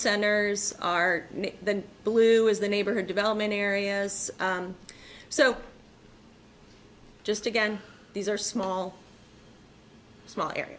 centers are the blue is the neighborhood development areas so just again these are small small